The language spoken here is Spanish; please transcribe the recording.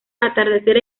atardecer